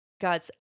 God's